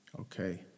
Okay